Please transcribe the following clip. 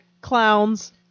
clowns